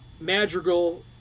Madrigal